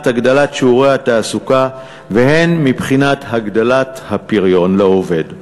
הגדלת שיעורי התעסוקה והן מבחינת הגדלת הפריון לעובד.